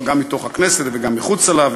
גם מתוך הכנסת וגם מחוץ לה,